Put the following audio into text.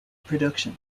production